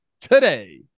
Today